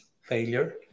failure